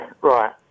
right